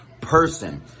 person